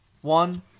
one